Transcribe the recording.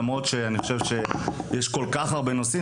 למרות שאני חושב שיש כל כך הרבה נושאים